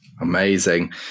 Amazing